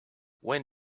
when